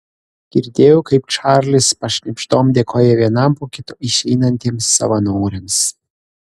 girdėjau kaip čarlis pašnibždom dėkoja vienam po kito išeinantiems savanoriams